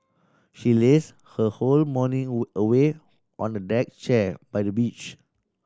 she lazed her whole morning away on a deck chair by the beach